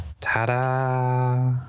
Ta-da